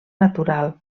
natural